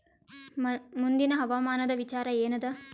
ಮುಂದಿನ ಹವಾಮಾನದ ವಿಚಾರ ಏನದ?